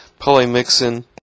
polymixin